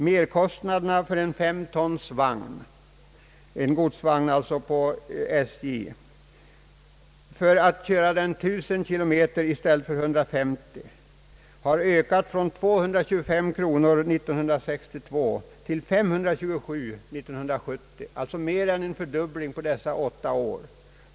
Merkostnaderna för en 5 tons godsvagn hos SJ för att köra den 1000 km i stället för 150 km har ökat från 225 kronor år 1962 till 527 kronor år 1970, alltså mer än en fördubbling under dessa åtta år.